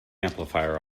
amplifier